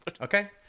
okay